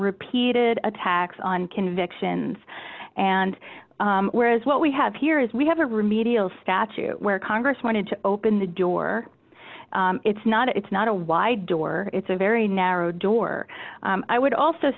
repeated attacks on convictions and whereas what we have here is we have a remedial statute where congress wanted to open the door it's not it's not a wide door it's a very narrow door i would also